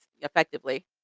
effectively